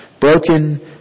broken